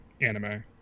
anime